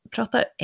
pratar